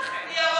תעבירי,